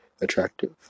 attractive